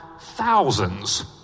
thousands